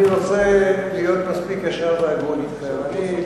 אני רוצה להיות מספיק ישר והגון אתכם: אני,